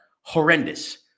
horrendous